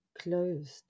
closed